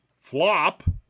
flop